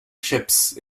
chips